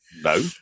No